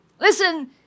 Listen